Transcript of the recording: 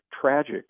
tragic